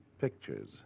pictures